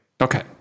Okay